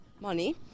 money